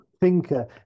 thinker